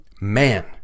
Man